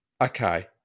Okay